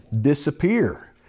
disappear